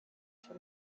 for